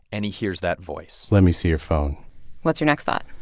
and he hears that voice let me see your phone what's your next thought?